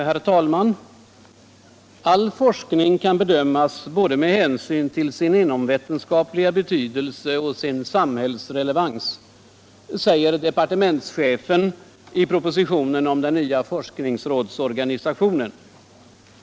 Herr talman! All forskning kan bedömas med hänsyn till både sin inomvetenskapliga betydelse och sin samhällsrelevans, säger departementschefen i propositionen om den nya forskningsrådsorganisationen.